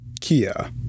Kia